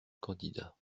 candidat